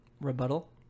rebuttal